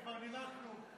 כבר הנחנו,